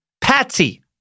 Patsy